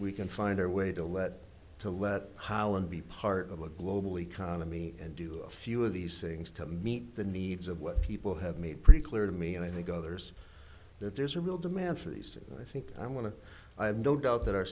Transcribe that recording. we can find a way to let to let holland be part of a global economy and do a few of these things to meet the needs of what people have made pretty clear to me and i think others there's a real demand for these i think i want to i have no doubt that our